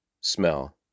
smell